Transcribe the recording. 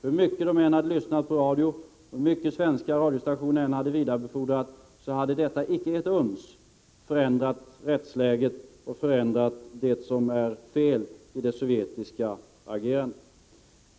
Hur mycket fiskarna än hade lyssnat på radio och hur mycket svenska radiostationer än hade vidarebefordrat meddelandet, hade detta inte ett uns förändrat rättsläget eller förändrat det som är fel i det sovjetiska agerandet.